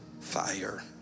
fire